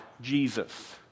Jesus